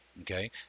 Okay